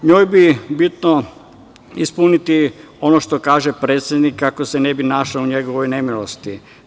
Njoj je bitno ispuniti ono što kaže predsednik, kako se ne bi našla u njegovoj nemilosti.